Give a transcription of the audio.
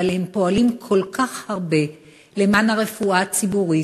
אבל הם פועלים כל כך הרבה למען הרפואה הציבורית.